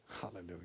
Hallelujah